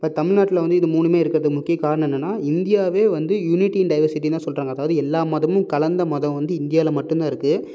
இப்போ தமிழ்நாட்டில் வந்து இது மூணுமே இருக்கிறது முக்கிய காரணம் என்னனா இந்தியாவே வந்து யூனிட்டி இன் டைவஸ் சிட்டின்னுதான் சொல்கிறாங்க அதாவது எல்லாம் மதமும் கலந்த மதம் வந்து இந்தியாவில மட்டுந்தான் இருக்குது